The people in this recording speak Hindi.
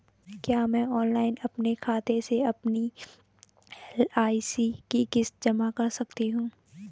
क्या मैं ऑनलाइन अपने खाते से अपनी एल.आई.सी की किश्त जमा कर सकती हूँ?